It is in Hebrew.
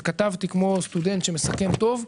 וכתבתי כמו סטודנט שמסכם טוב.